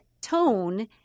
tone